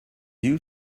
you